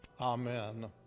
amen